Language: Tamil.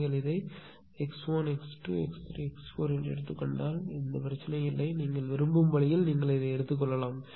நீங்கள் இதை x1 x2 x3 x4 என்று எடுத்துக் கொண்டால் பிரச்சனை இல்லை நீங்கள் விரும்பும் வழியில் நீங்கள் எடுத்துக்கொள்ளலாம்